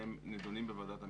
והם נדונים בוועדת המשנה.